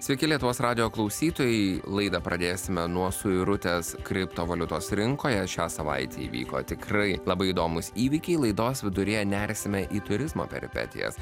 sveiki lietuvos radijo klausytojai laidą pradėsime nuo suirutės kriptovaliutos rinkoje šią savaitę įvyko tikrai labai įdomūs įvykiai laidos viduryje nersime į turizmo peripetijas